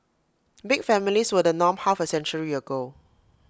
big families were the norm half A century ago